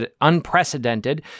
unprecedented